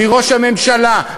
מראש הממשלה,